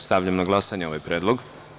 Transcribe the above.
Stavljam na glasanje ovaj predlog.